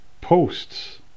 posts